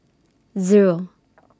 Zero